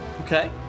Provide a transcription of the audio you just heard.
okay